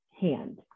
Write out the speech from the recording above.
hand